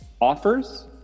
offers